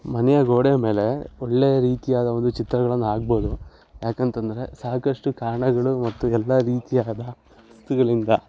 ಮನೆಯ ಗೋಡೆಯ ಮೇಲೆ ಒಳ್ಳೆಯ ರೀತಿಯಾದ ಒಂದು ಚಿತ್ರಗಳನ್ನು ಆಕ್ಬೋದು ಏಕಂತಂದ್ರೆ ಸಾಕಷ್ಟು ಕಾರಣಗಳು ಮತ್ತು ಎಲ್ಲ ರೀತಿಯಾದ ವಸ್ತುಗಳಿಂದ